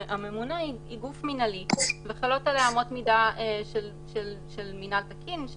הממונה היא גוף מנהלי וחלות עליה אמות מידה של מנהל תקין.